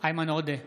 איימן עודה,